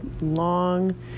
long